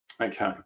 Okay